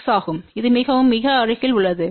6 ஆகும் இது மிகவும் மிக அருகில் உள்ளது